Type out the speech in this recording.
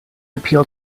appeal